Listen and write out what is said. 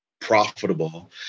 profitable